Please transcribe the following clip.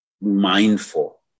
mindful